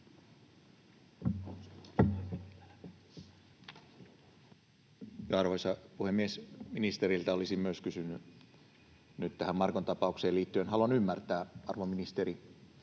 Arvoisa puhemies! Ministeriltä olisin myös minä kysynyt tähän Markon tapaukseen liittyen. Haluan ymmärtää, arvon ministeri,